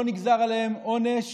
לא נגזר עליהם עונש